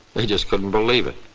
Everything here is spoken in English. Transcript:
they just couldn't believe it.